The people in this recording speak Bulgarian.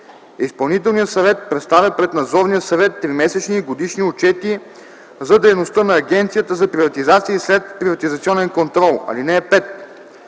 Изпълнителният съвет представя пред надзорния съвет тримесечни и годишни отчети за дейността на Агенцията за приватизация и следприватизационен контрол. (5)